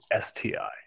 sti